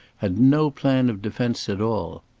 had no plan of defence at all.